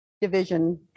division